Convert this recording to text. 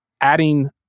adding